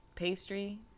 Pastry